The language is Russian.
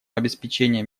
обеспечения